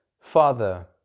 Father